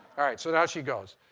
all right. so now she goes,